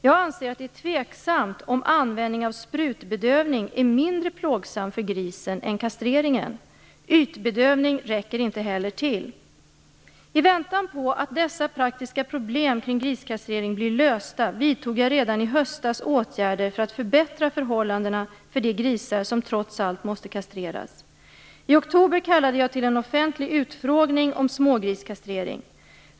Jag anser att det är tveksamt om användning av sprutbedövning är mindre plågsam för grisen än kastreringen. Ytbedövning räcker inte heller till. I väntan på att dessa praktiska problem kring griskastrering blir lösta vidtog jag redan i höstas åtgärder för att förbättra förhållandena för de grisar som trots allt måste kastreras. I oktober kallade jag till en offentlig utfrågning om smågriskastrering.